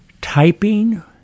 typing